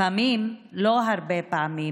לפעמים, לא הרבה פעמים,